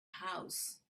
house